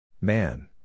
Man